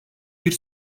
bir